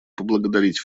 поблагодарить